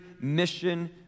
mission